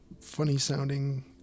funny-sounding